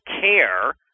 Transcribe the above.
care